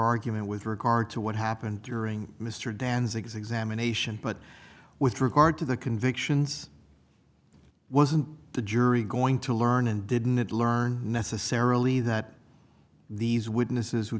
argument with regard to what happened during mr dan's examination but with regard to the convictions wasn't the jury going to learn and didn't learn necessarily that these witnesses w